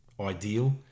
ideal